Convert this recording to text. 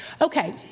Okay